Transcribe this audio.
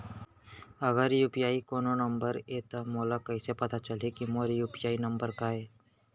अगर यू.पी.आई कोनो नंबर ये त मोला कइसे पता चलही कि मोर यू.पी.आई नंबर का ये?